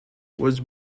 was